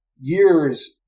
years